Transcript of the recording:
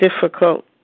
difficult